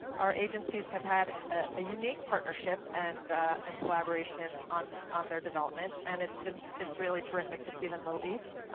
our agencies have had a unique partnership and and collaboration on on their development, and it's just it's really terrific to see them released.